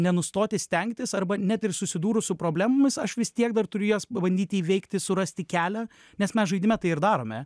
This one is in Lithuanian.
nenustoti stengtis arba net ir susidūrus su problemomis aš vis tiek dar turiu jas pabandyti įveikti surasti kelią nes mes žaidime tai ir darome